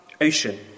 ocean